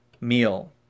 meal